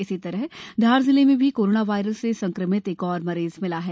इसी तरह धार जिले में भी कोरोना वायरस से संकमित एक और मरीज मिला है